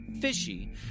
fishy